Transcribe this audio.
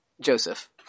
Joseph